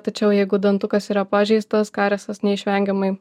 tačiau jeigu dantukas yra pažeistas kariesas neišvengiamai